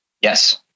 yes